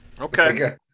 okay